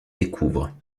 découvrent